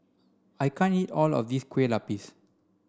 I can't eat all of this Kueh Lapis